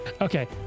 Okay